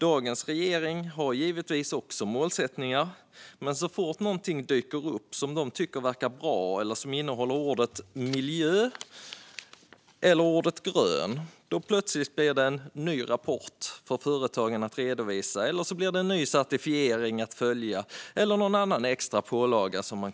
Dagens regering har givetvis också målsättningar, men så fort något dyker upp som man tycker verkar bra eller som innehåller ordet miljö eller ordet grön blir det plötsligt en ny rapport för företagen att redovisa, en ny certifiering att följa eller någon annan extra pålaga.